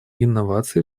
инновации